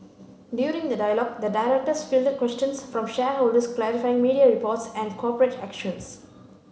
during the dialogue the directors fielded questions from shareholders clarifying media reports and corporate actions